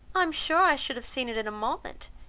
i am sure i should have seen it in a moment,